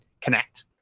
connect